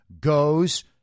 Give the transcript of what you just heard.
goes